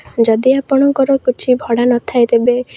ଯଦି ଆପଣଙ୍କର କିଛି ଭଡା ନଥାଏ ତେବେ